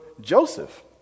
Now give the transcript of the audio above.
Joseph